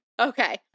Okay